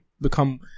become